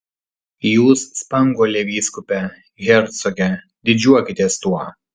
jūs spanguolė vyskupe hercoge didžiuokitės tuo